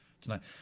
tonight